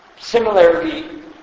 Similarly